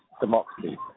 democracy